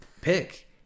pick